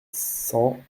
cent